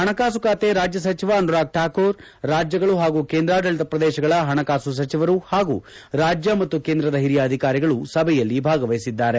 ಪಣಕಾಸು ಖಾತೆ ರಾಜ್ಯ ಸಚಿವ ಅನುರಾಗ್ ಠಾಕೂರ್ ರಾಜ್ಯಗಳು ಪಾಗೂ ಕೇಂದ್ರಾಡಳಿತ ಪ್ರದೇಶಗಳ ಪಣಕಾಸು ಸಚಿವರು ಪಾಗು ರಾಜ್ಯ ಮತ್ತು ಕೇಂದ್ರದ ಹಿರಿಯ ಅಧಿಕಾರಿಗಳು ಸಭೆಯಲ್ಲಿ ಭಾಗವಹಿಸಿದ್ದಾರೆ